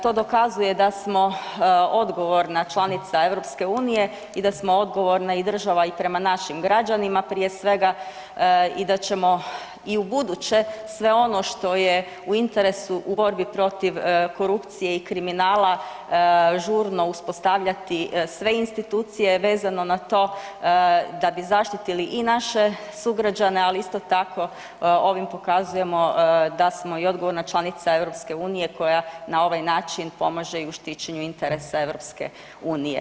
To dokazuje da smo odgovorna članica EU i da smo odgovorna i država i prema našim građanima prije svega i da ćemo i u buduće sve ono što je u interesu u borbi protiv korupcije i kriminala žurno uspostavljati sve institucije vezano na to da bi zaštitili i naše sugrađane, ali isto tako ovim pokazujemo da smo i odgovorna članica EU koja na ovaj način pomaže i u štićenju interesa EU.